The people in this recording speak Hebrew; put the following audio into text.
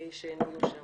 שהן יהיו שם.